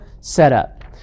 setup